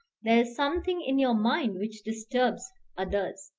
there is something in your mind which disturbs others.